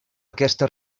aquesta